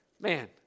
man